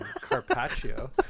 carpaccio